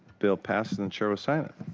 bill passes and chair will sign it.